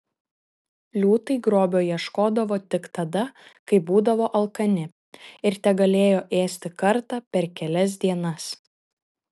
liūtai grobio ieškodavo tik tada kai būdavo alkani ir tegalėjo ėsti kartą per kelias dienas